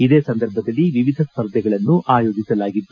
ಇದೇ ಸಂದರ್ಭದಲ್ಲಿ ವಿವಿಧ ಸ್ಪರ್ಧೆಗಳನ್ನು ಆಯೋಜಿಸಲಾಗಿತ್ತು